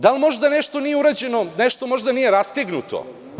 Da li možda nešto nije urađeno, nešto možda nije rastegnuto?